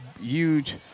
huge